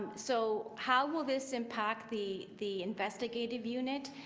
so how will this impact the the investigative unit?